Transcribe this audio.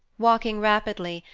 walking rapidly,